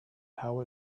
how